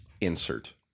insert